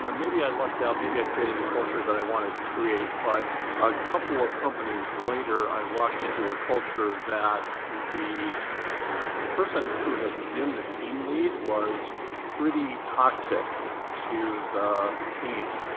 you know maybe i lucked out, maybe i created the culture that i wanted to create. but a couple of companies later, i walked into a culture that the person who had been the team lead was pretty toxic to the team.